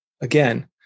again